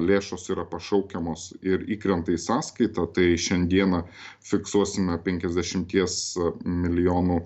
lėšos yra pašaukiamos ir įkrenta į sąskaitą tai šiandieną fiksuosime penkiasdešimties milijonų